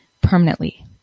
permanently